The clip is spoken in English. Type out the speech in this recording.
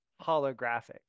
holographic